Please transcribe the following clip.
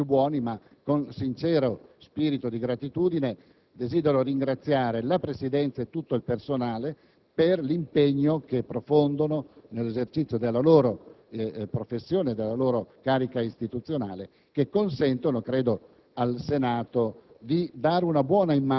periodi di Natale e Pasqua si diventi più buoni, ma con sincero spirito di gratitudine desidero ringraziare la Presidenza e tutto il personale per l'impegno che profondono nell'esercizio della loro professione, della loro carica istituzionale, che consentono credo